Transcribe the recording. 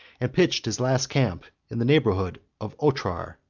and pitched his last camp in the neighborhood of otrar,